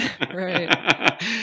Right